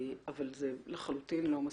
אבל זה לחלוטין לא מספיק.